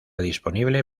disponible